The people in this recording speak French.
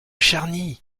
charny